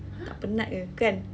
tak penat ke kan